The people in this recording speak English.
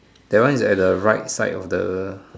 that one is at the right side of the